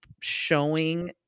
showing